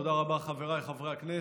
תודה רבה, חבריי חברי הכנסת.